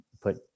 put